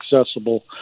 accessible